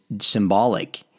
symbolic